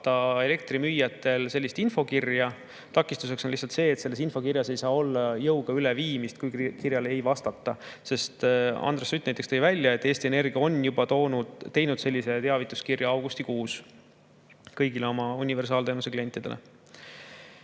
takistust saata selline infokiri. Takistuseks on lihtsalt see, et selles infokirjas ei saa olla jõuga üleviimist, kui kirjale ei vastata. Näiteks Andres Sutt tõi välja, et Eesti Energia on juba teinud sellise teavituskirja augustikuus kõigile oma universaalteenuse klientidele.